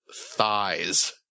thighs